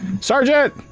Sergeant